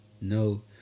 No